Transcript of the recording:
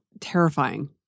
terrifying